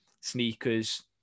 Sneakers